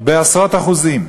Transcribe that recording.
בעשרות אחוזים.